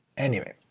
anyway,